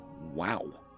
Wow